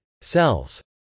Cells